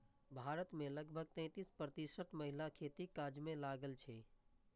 भारत मे लगभग तैंतीस प्रतिशत महिला खेतीक काज मे लागल छै